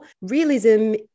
Realism